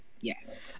Yes